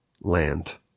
land